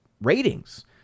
ratings